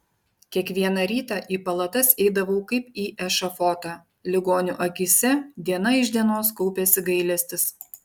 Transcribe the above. kiekvieną rytą į palatas eidavau kaip į ešafotą ligonių akyse diena iš dienos kaupėsi gailestis